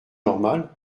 normal